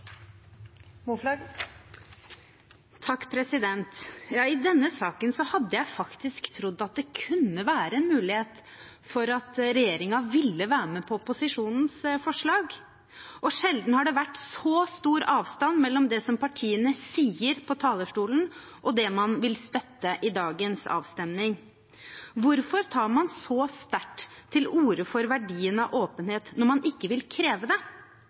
I denne saken hadde jeg faktisk trodd at det kunne være en mulighet for at regjeringen ville være med på opposisjonens forslag. Sjelden har det vært så stor avstand mellom det som partiene sier på talerstolen, og det man vil støtte i dagens avstemning. Hvorfor tar man så sterkt til orde for verdien av åpenhet når man ikke vil kreve det? Representanten Gjelsvik har allerede referert ordlyden i forslaget, så da skal ikke jeg også gjøre det.